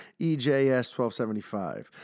EJS1275